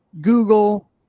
Google